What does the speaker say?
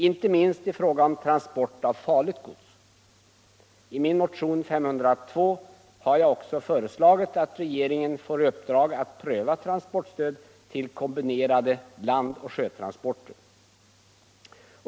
Inte minst i fråga om transport av farligt gods. I min motion, nr 502, har jag också föreslagit att regeringen får i uppdrag att pröva transportstöd till kombinerade landoch sjötransporter.